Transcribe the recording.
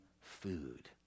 food